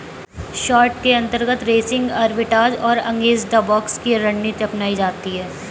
short के अंतर्गत रेसिंग आर्बिट्राज और अगेंस्ट द बॉक्स की रणनीति अपनाई जाती है